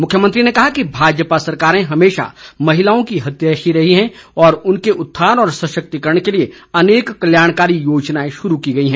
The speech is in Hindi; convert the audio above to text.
मुख्यमंत्री ने कहा कि भाजपा सरकारें हमेशा महिलाओं की हितैषी रहीं है और उनके उत्थान व सशक्तिकरण के लिए अनेक कल्याणकारी योजनाएं शुरू की गई हैं